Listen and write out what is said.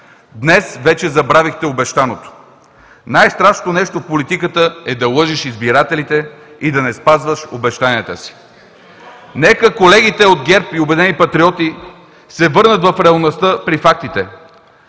Днес вече забравихте обещаното. Най-страшното нещо в политиката е да лъжеш избирателите и да не спазваш обещанията си. (Реплики от ГЕРБ и ОП.) Нека колегите от ГЕРБ и „Обединени патриоти“ се върнат в реалността при фактите